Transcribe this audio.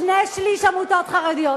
שני-שלישים עמותות חרדיות.